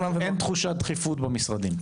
אין תחושת דחיפות במשרדים.